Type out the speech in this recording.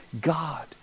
God